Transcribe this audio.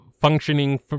functioning